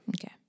Okay